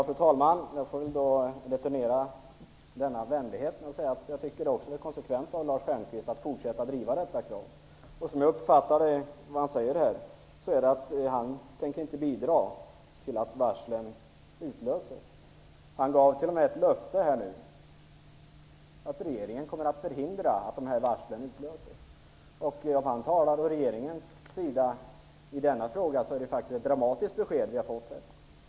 Fru talman! Jag får returnera den vänligheten genom att säga att jag tycker att Lars Stjernkvist också är konsekvent när han fortsätter att driva nämnda krav. Jag uppfattade det han här sade så att han inte tänker bidra till att varslen utlöses. Han gav t.o.m. löftet att regeringen kommer att förhindra att varslen utlöses. Om han talar för regeringen i denna fråga är det faktiskt ett dramatiskt besked som vi här har fått.